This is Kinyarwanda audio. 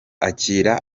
akira